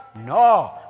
no